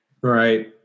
Right